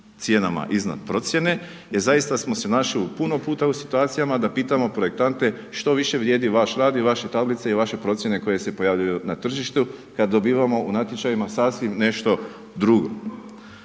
cijenama iznad procjene. Jer zaista smo se našli puno puta u situacijama da pitamo projektante što više vrijedi vaš rad i vaše tablice i vaše procjene koje se pojavljuju na tržištu kad dobivamo u natječajima sasvim nešto drugo.